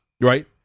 right